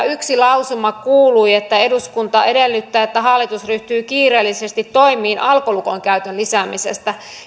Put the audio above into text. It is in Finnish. yksi lausuma kuului että eduskunta edellyttää että hallitus ryhtyy kiireellisesti toimiin alkolukon käytön lisäämiseksi